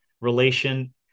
relation